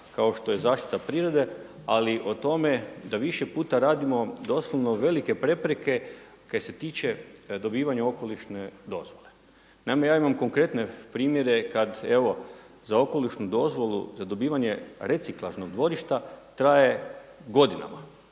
kao što je zaštita prirode, ali o tome da više puta radimo doslovno velike prepreke kaj se tiče dobivanja okolišne dozvole. Naime, ja imam konkretne primjere kada za okolišnu dozvolu za dobivanje reciklažnog dvorišta traje godinama.